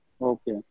Okay